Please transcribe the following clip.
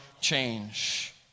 change